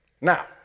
Now